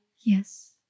Yes